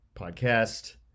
Podcast